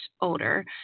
older